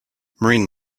marine